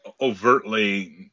overtly